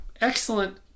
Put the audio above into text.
Excellent